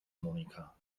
monika